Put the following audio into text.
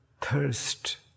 thirst